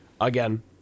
again